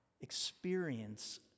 Experience